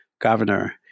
governor